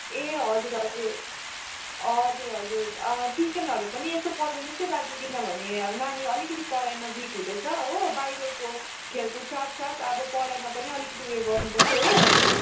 ए हजुर हजुर हजुर हजुर ट्युसनहरू पनि यसो पठाउनुहोस् है दाजु किनभने नानी अलिकति पढाइमा विक हुँदैछ हो बाहिरको खेलकुद साथ साथ अब पढाइमा पनि अलिकति उयो गर्नुपऱ्यो हो